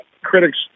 Critics